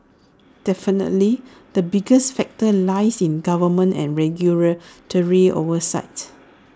definitely the biggest factor lies in government and regulatory oversight